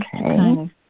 Okay